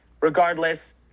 regardless